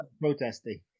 protesting